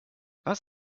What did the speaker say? was